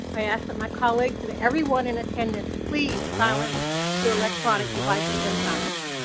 i ask that my colleagues and everyone in attendance please, silence your electronic devices and phones